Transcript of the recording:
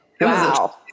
wow